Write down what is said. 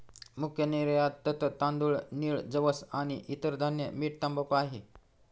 मुख्य निर्यातत तांदूळ, नीळ, जवस आणि इतर धान्य, मीठ, तंबाखू आहे